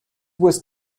was